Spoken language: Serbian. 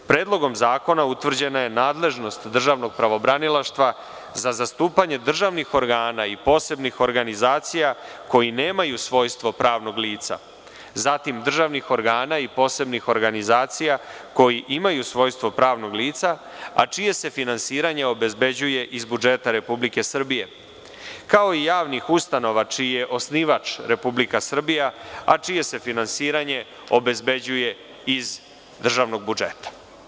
Predlogom zakona utvrđena je nadležnost državnog pravobranilaštva za zastupanje državnih organa i posebnih organizacija koje nemaju svojstvo pravnog lica, zatim državnih organa i posebnih organizacija koje imaju svojstvo pravnih lica, a čije se finansiranje obezbeđuje iz budžeta Republike Srbije, kao i javnih ustanova čiji je osnivač Republika Srbija, a čije se finansiranje obezbeđuje iz državnog budžeta.